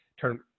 turn